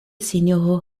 sinjoro